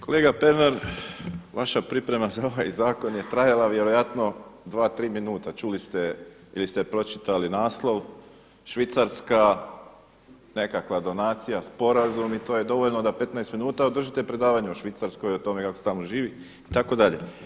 Kolega Pernar vaša priprema za ovaj zakon je trajala vjerojatno 2, 3 minute, čuli ste ili ste pročitali naslov Švicarska, nekakva donacija, sporazum i to je dovoljno da 15 minuta održite predavanje o Švicarskoj, o tome kako se tamo živi itd.